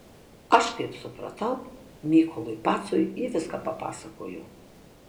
aš kaip supratau mykolui pacui ji viską papasakojo